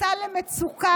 נכנסה למצוקה,